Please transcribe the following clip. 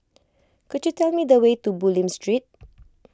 could you tell me the way to Bulim Street